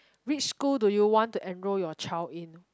which school do you want to enroll your child in